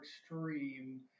extreme